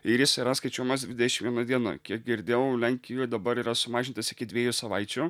ir jis yra skaičiuojamas dvidešim viena diena kiek girdėjau lenkijoj dabar yra sumažintas iki dviejų savaičių